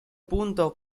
punto